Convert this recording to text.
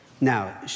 Now